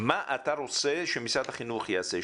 מה אתה רוצה שמשרד החינוך יעשה.